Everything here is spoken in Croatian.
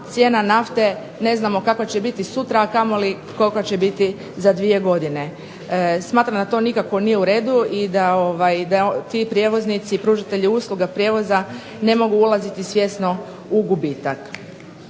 cijena nafte ne znamo kakva će biti sutra, a kamoli kolika će biti za dvije godine. Smatram da to nikako nije u redu, i da ti pružatelji usluga prijevoza ne mogu ulaziti svjesno u gubitak.